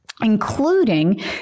including